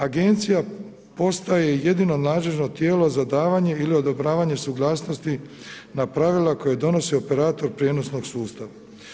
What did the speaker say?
Agencija postaje jedino nadležno tijelo za davanje ili odobravanje suglasnosti na pravila koje donosi operator prijenosnog sustava.